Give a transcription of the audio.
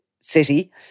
city